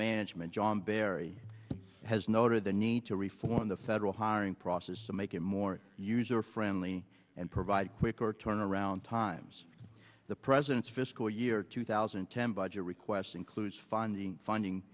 management john berry has noted the need to reform the federal hiring process to make it more user friendly and provide quicker turnaround times the president's fiscal year two thousand and ten budget request includes funding